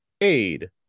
aid